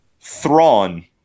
Thrawn